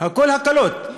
הכול הקלות,